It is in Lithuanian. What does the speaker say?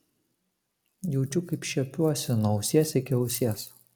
jaučiu kaip šiepiuosi nuo ausies iki ausies